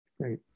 Great